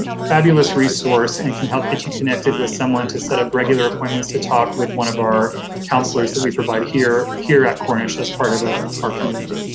fabulous resource, and can help get you connected with someone to set up regular appointments to talk with one of our counselors that we provide here here at cornish as part of ah our community.